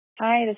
Hi